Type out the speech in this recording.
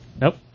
nope